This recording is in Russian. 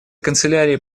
канцелярии